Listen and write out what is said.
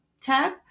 tab